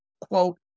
quote